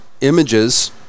images